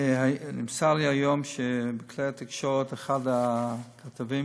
נמסר לי היום שבכלי התקשורת אחד הכתבים